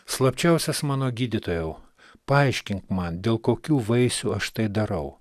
slapčiausias mano gydytojau paaiškink man dėl kokių vaisių aš tai darau